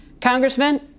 congressman